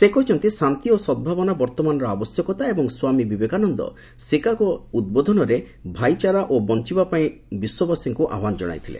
ସେ କହିଛନ୍ତି ଶାନ୍ତି ଓ ସଦ୍ଭାବନା ବର୍ତ୍ତମାନର ଆବଶ୍ୟକତା ଏବଂ ସ୍ୱାମୀ ବିବାକାନନ୍ଦ ସିକାଗୋ ଉଦ୍ବୋଧନରେ ଭାଇଚାରା ସହ ବଞ୍ଚିବା ପାଇଁ ବିଶ୍ୱବାସୀଙ୍କୁ ଆହ୍ୱାନ ଜଣାଇଥିଲେ